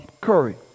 Curry